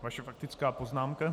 Vaše faktická poznámka.